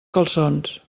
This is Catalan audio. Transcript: calçons